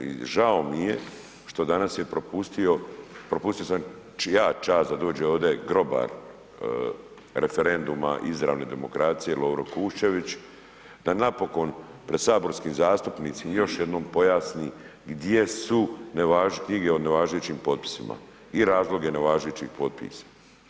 I žao mi je što danas je propustio, propustio sam ja čast da dođe ovdje grobar referenduma izravne demokracije Lovro Kuščević, da napokon pred saborskim zastupnicima, još jednom pojasni, gdje su, … nevažećim potpisima, i razloge nevažećih potpisa.